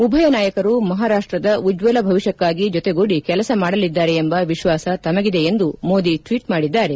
ಉಭಯ ನಾಯಕರು ಮಹಾರಾಷ್ಟದ ಉಜ್ವಲ ಭವಿಷ್ಕಕಾಗಿ ಜೊತೆಗೂಡಿ ಕೆಲಸ ಮಾಡಲಿದ್ದಾರೆ ಎಂಬ ವಿಶ್ವಾಸ ತಮಗಿದೆ ಎಂದು ಮೋದಿ ಟ್ಷೇಟ್ ಮಾಡಿದ್ದಾರೆ